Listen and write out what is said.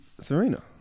Serena